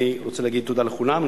אני רוצה להגיד תודה לכולם.